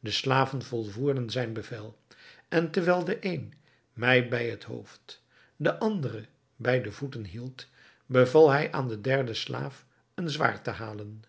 de slaven volvoerden zijn bevel en terwijl de een mij bij het hoofd de andere bij de voeten hield beval hij aan den derden slaaf een zwaard te halen